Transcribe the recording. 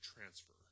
transfer